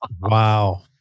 Wow